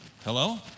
Hello